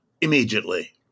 immediately